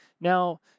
Now